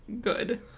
Good